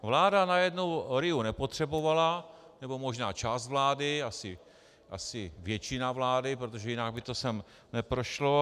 Vláda najednou RIA nepotřebovala nebo možná část vlády, asi většina vlády, protože jinak by to sem neprošlo.